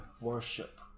worship